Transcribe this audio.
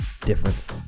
difference